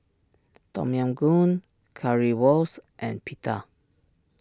Tom Yam Goong Currywurst and Pita